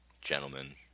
gentlemen